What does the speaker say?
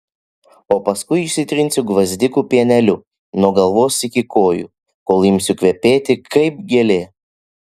o paskui išsitrinsiu gvazdikų pieneliu nuo galvos iki kojų kol imsiu kvepėti kaip gėlė